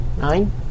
Nine